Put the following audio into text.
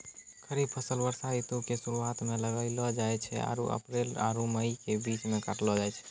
खरीफ फसल वर्षा ऋतु के शुरुआते मे लगैलो जाय छै आरु अप्रैल आरु मई के बीच मे काटलो जाय छै